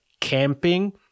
camping